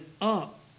up